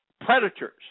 predators